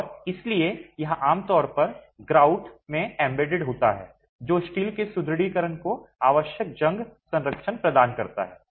और इसलिए यह आमतौर पर ग्राउट grouts में एम्बेडेड होता है जो स्टील के सुदृढीकरण को आवश्यक जंग संरक्षण प्रदान करता है